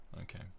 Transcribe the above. okay